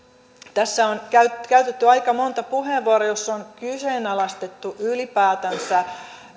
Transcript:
tässä on käytetty aika monta puheenvuoroa joissa on kyseenalaistettu ylipäätänsä